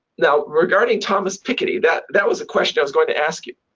now, regarding thomas piketty, that that was a question i was going to ask you,